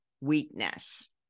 weakness